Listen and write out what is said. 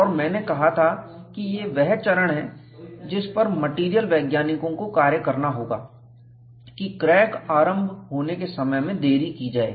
और मैंने कहा था कि ये वह चरण है जिस पर मेटेरियल वैज्ञानिकों को कार्य करना होगा कि क्रैक आरम्भ होने के समय में देरी की जाये